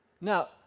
Now